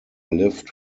lived